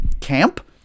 camp